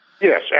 Yes